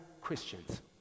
Christians